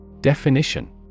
Definition